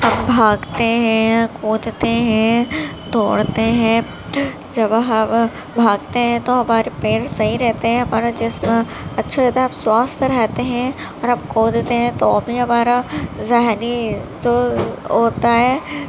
ہم بھاگتے ہیں کودتے ہیں دوڑتے ہیں جب ہم بھاگتے ہیں تو ہمارے پیر صحیح رہتے ہیں ہمارا جسم اچھا رہتا ہے ہم سواستھ رہتے ہیں اور ہم کودتے ہیں تو بھی ہمارا ذہنی ہوتا ہے